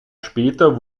später